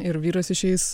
ir vyras išeis